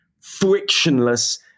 frictionless